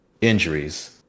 injuries